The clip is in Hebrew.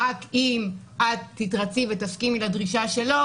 רק אם את תתרצי ותסכימי לדרישה שלו,